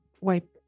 wipe